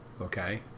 Okay